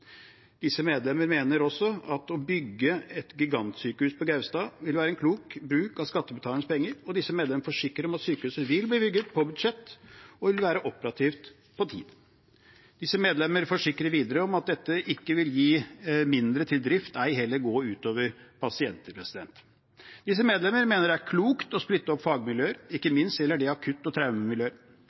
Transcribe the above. Disse medlemmer mener også at å bygge et gigantsykehus på Gaustad vil være en klok bruk av skattebetalernes penger, og disse medlemmer forsikrer om at sykehuset vil bli bygget på budsjett og være operativt på tiden. Disse medlemmer forsikrer videre om at dette ikke vil gi mindre til drift, ei heller gå ut over pasienter. Disse medlemmer mener det er klokt å splitte opp fagmiljøer. Ikke minst gjelder det akutt- og